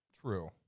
true